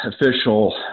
official